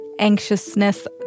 anxiousness